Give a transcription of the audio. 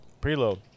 preload